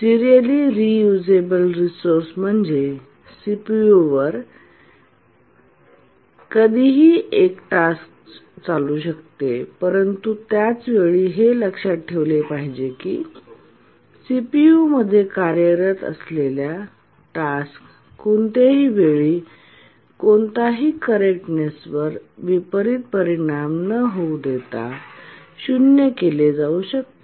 serially reusable resource म्हणजे CPU वर कधीही एक टास्क चालू शकते परंतु त्याच वेळी हे लक्षात ठेवले पाहिजे की सीपीयूमध्ये कार्यरत असलेल्या टास्क कोणत्याही वेळी कोणताही करेक्टनेस वर विपरीत परिणाम न होऊ देता शून्य केले जाऊ शकते